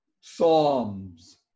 Psalms